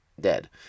Dead